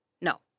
no